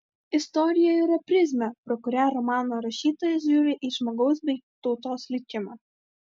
istorija yra prizmė pro kurią romano rašytojas žiūri į žmogaus bei tautos likimą